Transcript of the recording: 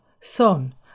son